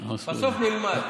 בסוף נלמד.